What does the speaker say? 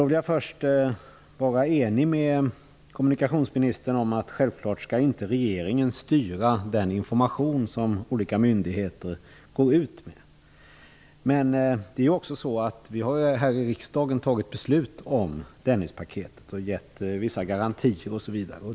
Till en början är jag enig med kommunikationsministern om att regeringen självfallet inte skall styra den information som olika myndigheter går ut med. Men vi har ju här i riksdagen fattat beslut om Dennispaketet och lämnat vissa garantier osv.